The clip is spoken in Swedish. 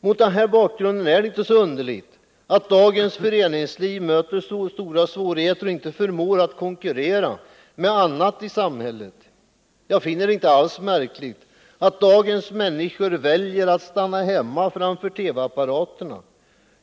Mot den här bakgrunden är det inte så underligt att dagens föreningsliv möter stora svårigheter och inte förmår att konkurrera med annat i samhället. Jag finner det inte alls märkligt att dagens människor väljer att stanna hemma framför TV-apparaterna.